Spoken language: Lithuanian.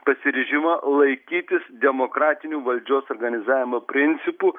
pasiryžimą laikytis demokratinių valdžios organizavimo principų